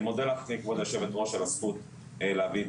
אני מודה לך כבוד היו"ר על הזכות להביא את